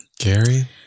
Gary